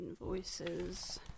invoices